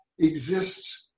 exists